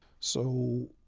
so,